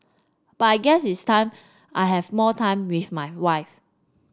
but I guess it's time I have more time with my wife